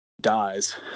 dies